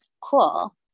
Cool